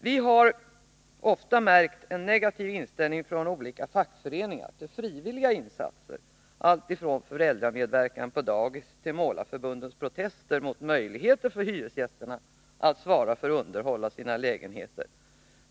Vi har ofta märkt en negativ inställning från olika fackföreningar till frivilliga insatser, alltifrån föräldramedverkan på dagis till Målareförbundets protester mot möjligheter för hyresgästerna att själva svara för underhåll av sina lägenheter.